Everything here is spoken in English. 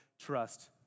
trust